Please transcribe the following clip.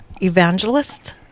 evangelist